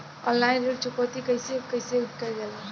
Online ऋण चुकौती कइसे कइसे कइल जाला?